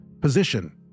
Position